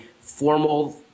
formal